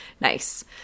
nice